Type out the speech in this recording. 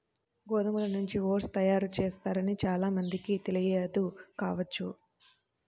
గోధుమల నుంచి ఓట్స్ తయారు చేస్తారని చాలా మందికి తెలియదు కావచ్చు